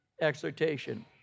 exhortation